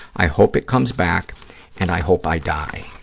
i hope it comes back and i hope i die.